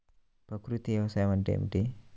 ప్రకృతి వ్యవసాయం అంటే ఏమిటి?